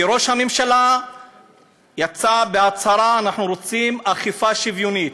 כי ראש הממשלה יצא בהצהרה: אנחנו רוצים אכיפה שוויונית.